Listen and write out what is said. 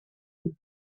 with